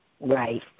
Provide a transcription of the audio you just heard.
Right